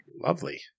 Lovely